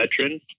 veteran